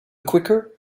quicker